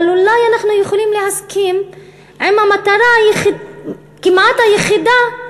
אבל אולי אנחנו יכולים להסכים עם המטרה הכמעט יחידה,